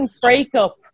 breakup